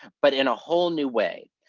but in a whole new way,